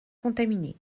contaminé